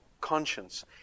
conscience